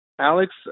Alex